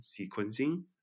sequencing